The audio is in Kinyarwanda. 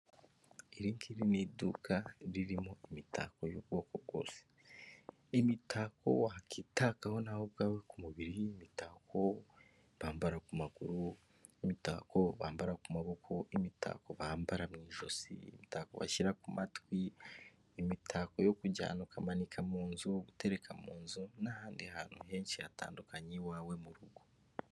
Iri ngiri ini iduka ririmo imitako y'ubwoko bwose, imitako wakwitakaho nawe ubwawe ku mubiri, imitako bambara ku maguru, imitako bambara ku maboko, imitako bambara mu ijosi bashyira ku matwi, imitako yo kujyana ukamanika mu nzu, gutereka mu nzu n'ahandi hantu henshi hatandukanye iwawe mu rugo.